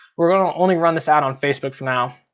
we're gonna only run this ad on facebook for now.